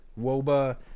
woba